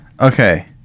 Okay